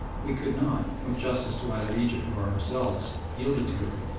we could not, with justice to either egypt or ourselves, yield it to him.